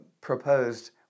proposed